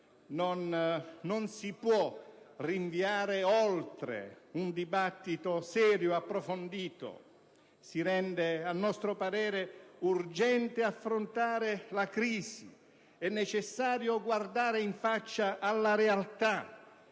non si può rinviare oltre un dibattito serio, approfondito. Si rende a nostro parere urgente affrontare la crisi; è necessario guardare in faccia la realtà,